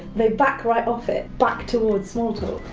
they back right off it, back towards small talk.